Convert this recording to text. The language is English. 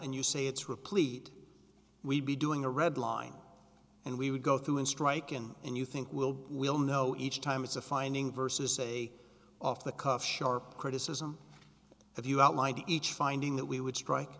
and you say it's replete we'd be doing a red line and we would go through and strike and and you think we'll we'll know each time it's a finding versus a off the cuff sharp criticism of you outlined each finding that we would strike